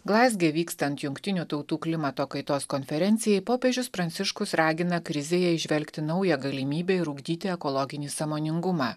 glazge vykstant jungtinių tautų klimato kaitos konferencijai popiežius pranciškus ragina krizėje įžvelgti naują galimybę ir ugdyti ekologinį sąmoningumą